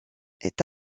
est